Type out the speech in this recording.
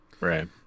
Right